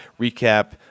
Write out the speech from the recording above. recap